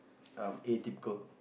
um Atypical